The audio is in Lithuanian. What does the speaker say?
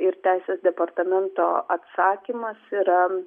ir teisės departamento atsakymas yra